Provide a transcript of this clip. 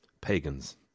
pagans